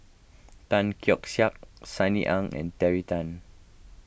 Tan Keong Saik Sunny Ang and Terry Tan